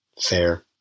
fair